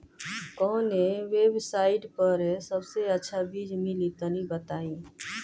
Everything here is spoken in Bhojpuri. कवन वेबसाइट पर सबसे अच्छा बीज मिली तनि बताई?